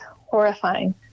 horrifying